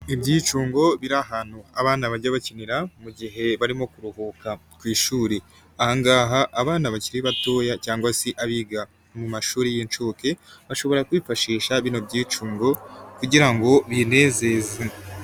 Ibyicungo biri ahantu abana bajya bakinira mu gihe barimo kuruhuka ku ishuri, aha ngaha abana bakiri batoya cyangwa se abiga mu mashuri y'inshuke bashobora kwifashisha bino byicungo kugira ngo binezeze.